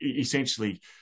essentially